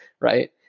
right